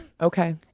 Okay